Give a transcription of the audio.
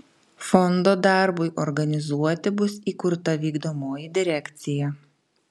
fondo darbui organizuoti bus įkurta vykdomoji direkcija